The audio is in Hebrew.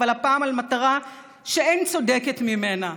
אבל הפעם על מטרה שאין צודקת ממנה.